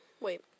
wait